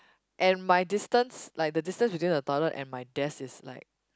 and my distance like the distance between the toilet and my desk is like